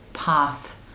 path